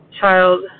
child